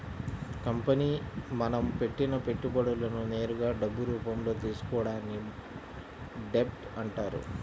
company మనం పెట్టిన పెట్టుబడులను నేరుగా డబ్బు రూపంలో తీసుకోవడాన్ని డెబ్ట్ అంటారు